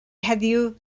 heddiw